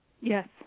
Yes